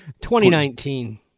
2019